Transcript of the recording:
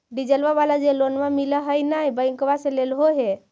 डिजलवा वाला जे लोनवा मिल है नै बैंकवा से लेलहो हे?